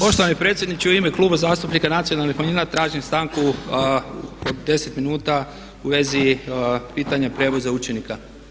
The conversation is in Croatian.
Poštovani predsjedniče u ime Kluba zastupnika nacionalnih manjina tražim stanku od 10 minuta u vezi pitanja prijevoza učenika.